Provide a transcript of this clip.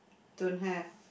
don't have